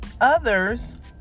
others